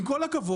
עם כל הכבוד,